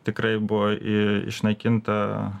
tikrai buvo i išnaikinta